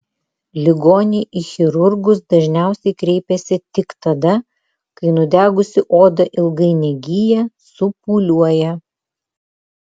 ligoniai į chirurgus dažniausiai kreipiasi tik tada kai nudegusi oda ilgai negyja supūliuoja